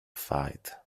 fight